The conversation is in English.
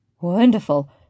Wonderful